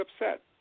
upset